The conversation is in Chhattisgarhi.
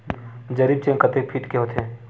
जरीब चेन कतेक फीट के होथे?